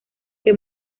que